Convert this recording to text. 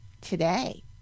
today